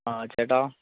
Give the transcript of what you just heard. ആ ചേട്ടാ